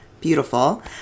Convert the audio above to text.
beautiful